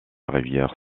rivière